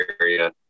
area